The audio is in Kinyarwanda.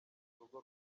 urwo